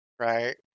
right